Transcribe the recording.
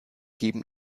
geben